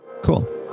Cool